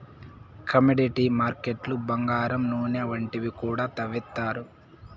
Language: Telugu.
కమోడిటీ మార్కెట్లు బంగారం నూనె వంటివి కూడా తవ్విత్తారు